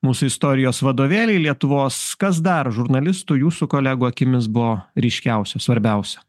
mūsų istorijos vadovėliai lietuvos kas dar žurnalistų jūsų kolegų akimis buvo ryškiausia svarbiausia